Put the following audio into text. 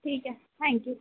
ठीक ऐ thank U